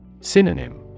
Synonym